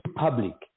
public